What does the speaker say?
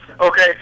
Okay